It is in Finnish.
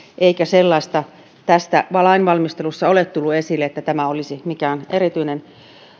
eikä sellaista tässä lainvalmistelussa ole tullut esille että tämä olisi mikään erityinen